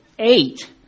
Eight